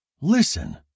Listen